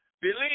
believe